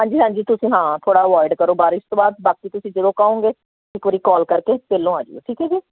ਹਾਂਜੀ ਹਾਂਜੀ ਤੁਸੀਂ ਹਾਂ ਥੋੜ੍ਹਾ ਅਵੋਇਡ ਕਰੋ ਬਾਰਿਸ਼ ਤੋਂ ਬਾਅਦ ਬਾਕੀ ਤੁਸੀਂ ਜਦੋਂ ਕਹੋਗੇ ਇੱਕ ਵਾਰੀ ਕਾਲ ਕਰਕੇ ਪਹਿਲੋਂ ਆ ਜਾਇਓ ਠੀਕ ਹੈ ਜੀ